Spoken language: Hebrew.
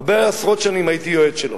הרבה עשרות שנים הייתי יועץ שלו,